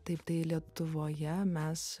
taip tai lietuvoje mes